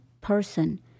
person